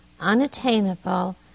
unattainable